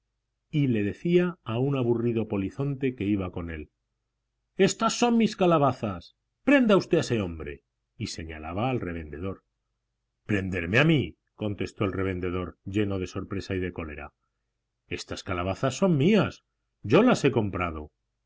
y le decía a un aburrido polizonte que iba con él éstas son mis calabazas prenda usted a ese hombre y señalaba al revendedor prenderme a mí contestó el revendedor lleno de sorpresa y de cólera estas calabazas son mías yo las he comprado